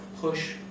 push